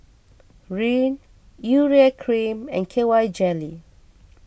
Rene Urea Cream and K Y Jelly